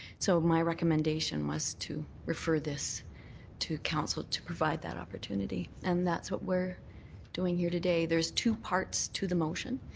so my recommendation was to refer this to council to provide that opportunity. and that's what we're doing here today. there's two parts to the motion.